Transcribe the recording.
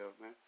man